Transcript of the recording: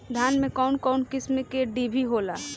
धान में कउन कउन किस्म के डिभी होला?